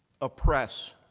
oppress